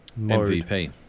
MVP